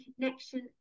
connection